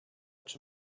czy